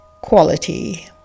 quality